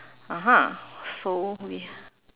(uh huh) so we